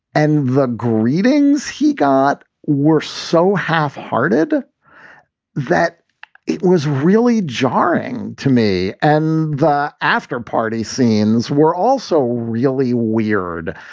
and the greetings he got were so half hearted that it was really jarring to me. and the after party scenes were also really weird.